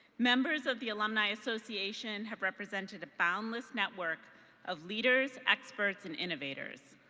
members of the alumni association have represented a boundless network of leaders, experts, and innovators.